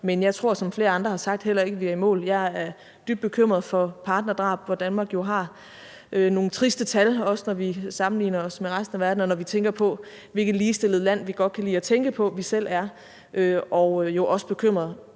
heller ikke, som flere andre har sagt, at vi er i mål. Jeg er dybt bekymret for partnerdrab. Der har Danmark jo nogle triste tal, også når vi sammenligner os med resten af verden, og når vi tænker på, hvilket ligestillet land vi godt kan lide at tænke på at vi selv er. Og jeg er